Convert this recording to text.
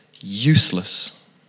useless